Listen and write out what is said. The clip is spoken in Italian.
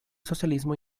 socialismo